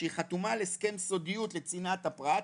שהיא חתומה על הסכם סודיות לצנעת הפרט,